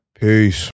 Peace